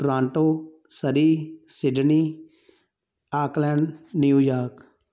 Toronto Surrey Sydney Auckland New York